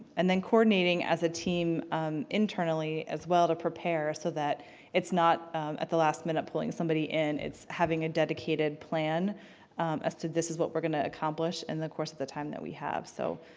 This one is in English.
and then coordinating as a team internally as well to prepare to so that it's not at the last minute pulling somebody in, it's having a dedicated plan as to this is what we're gonna accomplish in the course of the time that we have. so